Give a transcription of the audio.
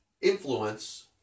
influence